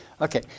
Okay